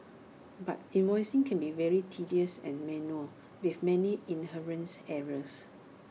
but invoicing can be very tedious and manual with many inherents errors